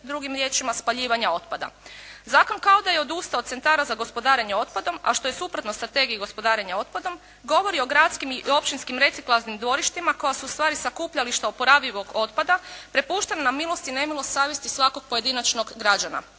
drugim riječima spaljivanja otpada. Zakon kao da je odustao od centara za gospodarenje otpadom a što je suprotno Strategiji gospodarenja otpadom govori o gradskim i općinskim reciklažnim dvorištima koja su u stvari sakupljališta oporabivog otpada prepuštena na milost i nemilost savjesti svakog pojedinačnog građanina.